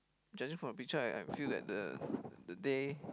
judging from the picture I I feel that the day